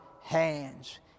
hands